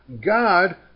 God